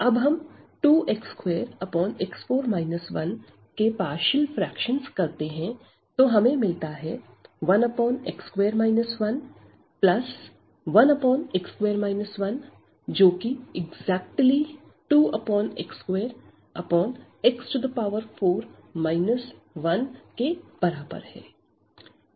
अब हम 2x2x4 1के पार्षल फ्रेक्शनस करते हैं तो हमें मिलता है 1x2 11x2 1 जोकि एक्जेक्टली 2x2x4 1 के बराबर है